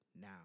now